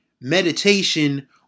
meditation